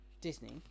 Disney